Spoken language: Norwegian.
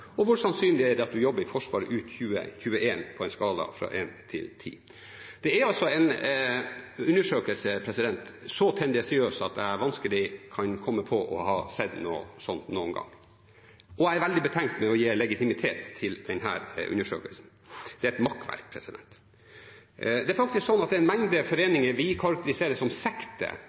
Og hvor sannsynlig er det at du jobber i Forsvaret ut 2021, på en skala fra 1 til 10? Dette er altså en så tendensiøs undersøkelse at jeg har vanskelig for å komme på å ha sett noe sånt noen gang før. Jeg er veldig betenkt når det gjelder å gi legitimitet til denne undersøkelsen. Det er et makkverk. Det er faktisk en mengde foreninger vi karakteriserer som sekter,